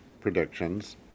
predictions